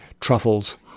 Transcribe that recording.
truffles